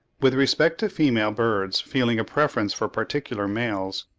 with respect to female birds feeling a preference for particular males,